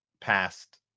past